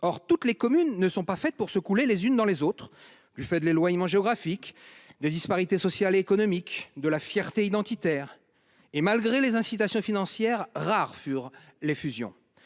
Or toutes les communes ne sont pas faites pour se fondre les unes dans les autres, du fait de l'éloignement géographique, des disparités sociales et économiques, de la fierté identitaire. Du reste, en dépit des incitations financières, rares furent les fusions.